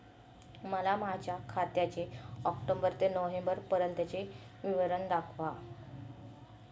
मला माझ्या खात्याचे ऑक्टोबर ते नोव्हेंबर पर्यंतचे विवरण दाखवा